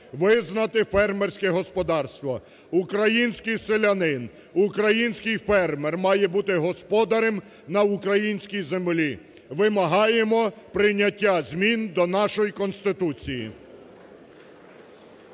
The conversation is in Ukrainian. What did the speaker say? визнати фермерське господарство! Український селянин, український фермер має бути господарем на українській землі! Вимагаємо прийняття змін до нашої Конституції.